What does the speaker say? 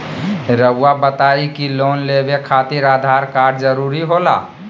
रौआ बताई की लोन लेवे खातिर आधार कार्ड जरूरी होला?